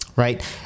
Right